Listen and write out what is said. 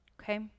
okay